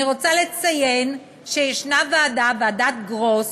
אני רוצה לציין שיש ועדה, ועדת גרוס,